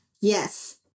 Yes